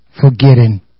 forgetting